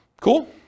Cool